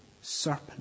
serpent